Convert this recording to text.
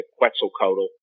Quetzalcoatl